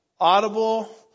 audible